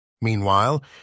Meanwhile